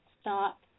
stop